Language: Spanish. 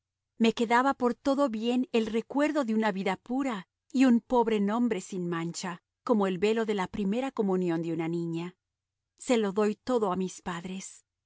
me quedaba por todo bien el recuerdo de una vida pura y un pobre nombre sin mancha como el velo de la primera comunión de una niña se lo doy todo a mis padres